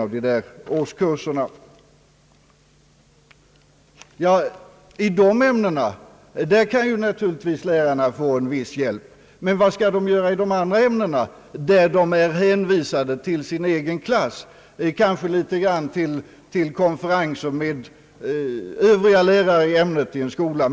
I de ämnen där det finns standardprov kan naturligtvis lärarna få en viss hjälp. Men vad skall de göra i de andra ämnena, där de är hänvisade till sin egen klass och kanske i någon mån till konferenser med övriga lärare i ämnet i skolan?